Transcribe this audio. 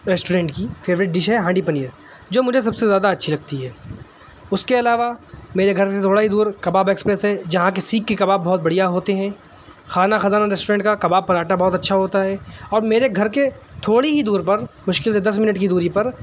restaurant کی favourite dish ہے ہانڈی پنیر جو مجھے سب سے زیادہ اچھی لگتی ہے اس کے علاوہ میرے گھر سے تھوڑا ہی دور کباب ایکسپریس ہے جہاں کی سیخ کے کباب بہت بڑھیا ہوتے ہیں خانہ خزانہ ریسٹورینٹ کا کباب پراٹھا بہت اچھا ہوتا ہے اور میرے گھر کے تھوڑی ہی دور پر مشکل سے دس منٹ کی دوری پر